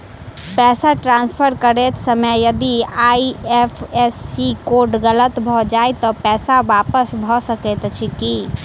पैसा ट्रान्सफर करैत समय यदि आई.एफ.एस.सी कोड गलत भऽ जाय तऽ पैसा वापस भऽ सकैत अछि की?